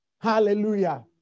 Hallelujah